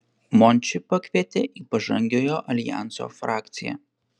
mončį pakvietė į pažangiojo aljanso frakciją